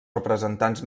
representants